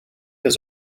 his